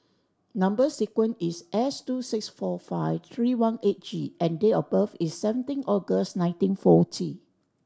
number sequence is S two six four five three one eight G and date of birth is seventeen August nineteen forty